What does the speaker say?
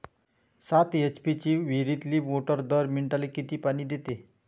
सात एच.पी ची विहिरीतली मोटार दर मिनटाले किती पानी देते?